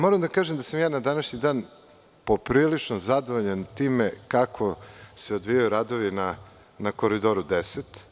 Moram da kažem da sam na današnji dan poprilično zadovoljan time kako se odvijaju radovi na Koridoru 10.